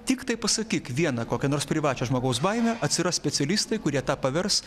tik tai pasakyk vieną kokią nors privačią žmogaus baimę atsiras specialistai kurie tą pavers